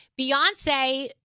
Beyonce